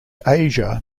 asia